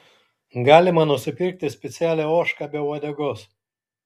galima nusipirkti specialią ožką be uodegos